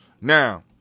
Now